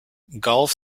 golf